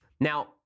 Now